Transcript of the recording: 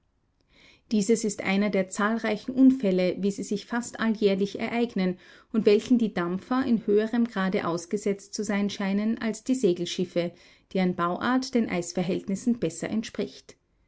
dieses ist einer der zahlreichen unfälle wie sie sich fast alljährlich ereignen und welchen die dampfer in höherem grade ausgesetzt zu sein scheinen als die segelschiffe deren bauart den eisverhältnissen besser entspricht